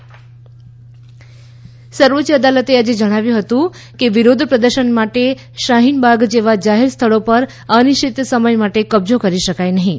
SC Shaheen Bagh સર્વોચ્ય અદાલતે આજે જણાવ્યું છે કે વિરોધ પ્રદર્શન માટે શાહીનબાગ જેવા જાહેર સ્થળો પર અનિશ્ચિત સમય માટે કબજો કરી શકાય નહીં